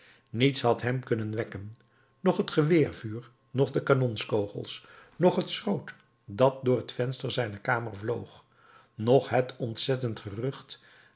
niets had hem kunnen wekken noch het geweervuur noch de kanonskogels noch het schroot dat door het venster zijner kamer vloog noch het ontzettend gerucht